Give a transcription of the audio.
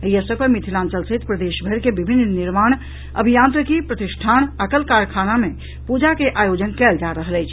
एहि अवसर पर मिथिलांचल सहित प्रदेश भरि के विभिन्न निर्माण अभियांत्रिकी प्रतिष्ठान आ कल कारखाना मे प्रजा के आयोजन कयल जा रहल अछि